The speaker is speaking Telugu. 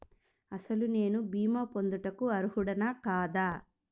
అసలు నేను భీమా పొందుటకు అర్హుడన కాదా?